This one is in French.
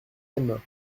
aime